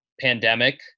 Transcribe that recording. pandemic